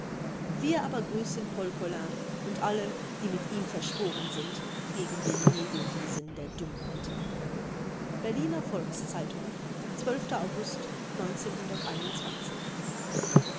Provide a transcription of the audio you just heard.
wir aber grüßen paul colin und alle die mit ihm verschworen sind gegen den nebelriesen der dummheit berliner volks-zeitung august